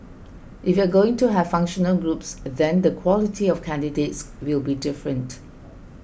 if you're going to have functional groups then the quality of candidates will be different